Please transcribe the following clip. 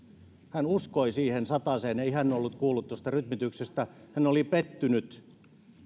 hän uskoi siihen sataseen ei hän ollut kuullut tuosta rytmityksestä hän oli pettynyt